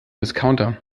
discounter